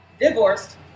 divorced